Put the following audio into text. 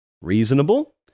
Reasonable